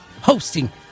Hosting